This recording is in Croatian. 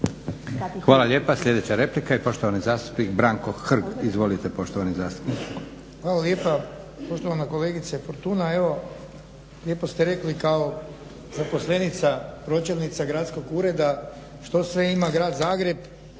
Hvala lijepa. Sljedeća replika i poštovani zastupnik Branko Hrg. Izvolite poštovani kolega. **Hrg, Branko (HSS)** Hvala lijepa. Poštovana kolegice Fortuna evo lijepo ste rekli kao zaposlenica, pročelnica gradskog ureda što sve ima Grad Zagreb